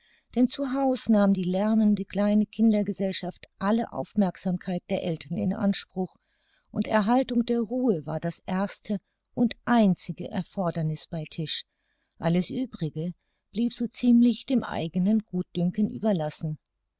denn zu haus nahm die lärmende kleine kindergesellschaft alle aufmerksamkeit der eltern in anspruch und erhaltung der ruhe war das erste und einzige erforderniß bei tisch alles uebrige blieb so ziemlich dem eigenen gutdünken überlassen